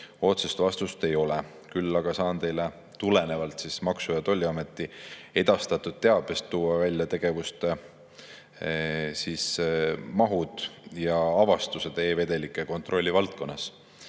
otsest vastust ei ole, küll aga saan teile tulenevalt Maksu‑ ja Tolliameti edastatud teabest tuua välja tegevuste mahud ja avastused e-vedelike kontrolli valdkonnas.